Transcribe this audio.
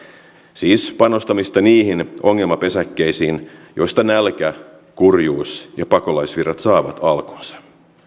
siis panostamista niihin ongelmapesäkkeisiin joista nälkä kurjuus ja pakolaisvirrat saavat alkunsa